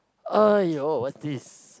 !aiyo! what this